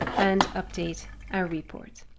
and update our report.